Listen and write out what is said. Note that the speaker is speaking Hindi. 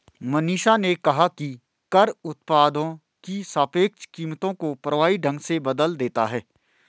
मनीषा ने कहा कि कर उत्पादों की सापेक्ष कीमतों को प्रभावी ढंग से बदल देता है